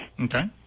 Okay